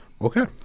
Okay